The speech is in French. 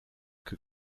que